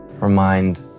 remind